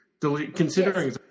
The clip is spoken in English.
considering